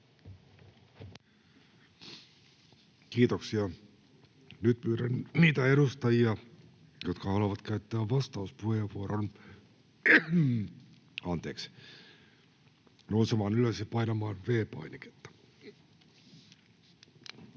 Kiitoksia. — Nyt pyydän niitä edustajia, jotka haluavat käyttää vastauspuheenvuoron, nousemaan ylös ja painamaan V-painiketta. —